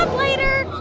later